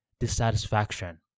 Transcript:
Dissatisfaction